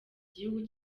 igihugu